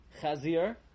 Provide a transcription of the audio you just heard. Chazir